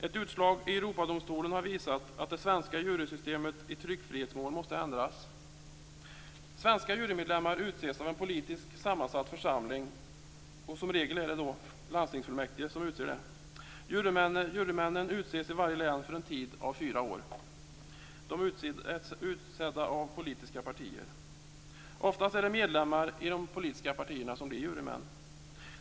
Ett utslag i Europadomstolen har visat att det svenska jurysystemet i tryckfrihetsmål måste ändras. Svenska jurymedlemmar utses av en politiskt sammansatt församling. Som regel är det landstingsfullmäktige som utser medlemmarna. Jurymännen utses i varje län för en tid av fyra år. De är utsedda av politiska partier. Oftast är det medlemmar i de politiska partierna som blir jurymän.